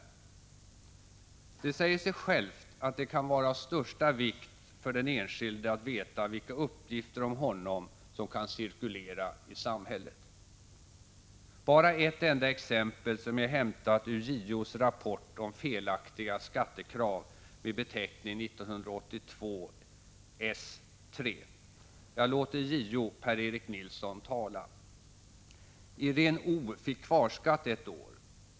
Det säger sig självt att det kan vara av största vikt för den enskilde att veta vilka uppgifter om honom som kan cirkulera i samhället. Bara ett enda exempel som jag hämtat ur JO:s rapport om felaktiga skattekrav, med beteckning 1982 S 3. Jag låter JO Per-Erik Nilsson tala: ”Iréne O. fick kvarskatt ett år.